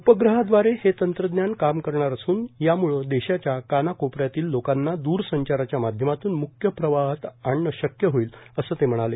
उप्प्रहादारे हे तंत्रज्ञान काम करणार असून यामुळं देशाच्या कानाकोपऱ्यातील लोकांना दूरसंघाराच्या माध्यमातून मुख्य प्रवाहात आणणं शक्य होईल असं ते म्हणाले